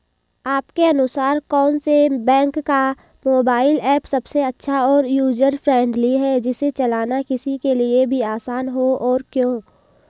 आपके अनुसार कौन से बैंक का मोबाइल ऐप सबसे अच्छा और यूजर फ्रेंडली है जिसे चलाना किसी के लिए भी आसान हो और क्यों?